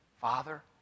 Father